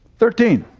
thirteen,